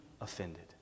offended